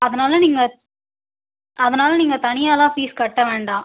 அதனால் நீங்கள் அதனால் நீங்கள் தனியாலாம் ஃபீஸ் கட்ட வேண்டாம்